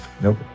Nope